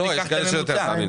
ניקח את הממוצע.